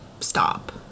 stop